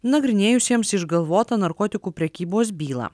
nagrinėjusiems išgalvotą narkotikų prekybos bylą